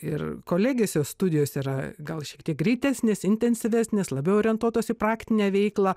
ir kolegijose studijos yra gal šiek tiek greitesnės intensyvesnės labiau orientuotos į praktinę veiklą